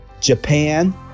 Japan